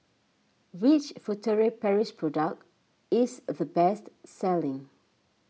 which Furtere Paris product is the best selling